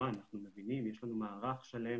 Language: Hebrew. יש לנו מערך שלם